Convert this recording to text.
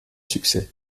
succès